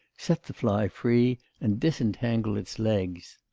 set the fly free, and disentangle its legs.